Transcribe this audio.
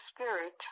Spirit